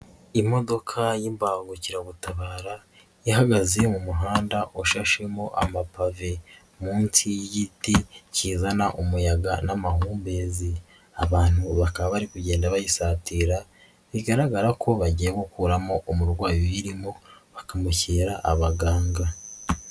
Imodoka y'ibangukiragutabara ihagaze mu muhanda washashemo amapave munsi y'igiti kizana umuyaga n'amahumbezi, abantu bakaba bari kugenda bayisatira bigaragara ko bagiye gukuramo umurwayi uyirimo bakamushyira abaganga.